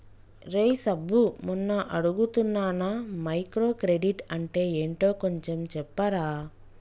రేయ్ సబ్బు మొన్న అడుగుతున్నానా మైక్రో క్రెడిట్ అంటే ఏంటో కొంచెం చెప్పరా